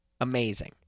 Amazing